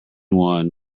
one